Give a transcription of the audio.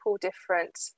different